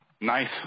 Nice